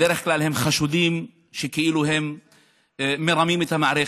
בדרך כלל הם חשודים שהם כאילו מרמים את המערכת.